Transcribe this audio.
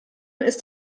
ist